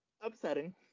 upsetting